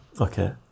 Okay